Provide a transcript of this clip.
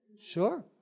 Sure